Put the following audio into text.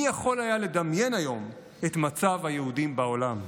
מי יכול היה לדמיין היום את מצב היהודים בעולם?